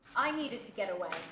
i needed to get away.